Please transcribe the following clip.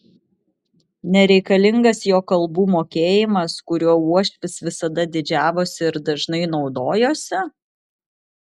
nereikalingas jo kalbų mokėjimas kuriuo uošvis visada didžiavosi ir dažnai naudojosi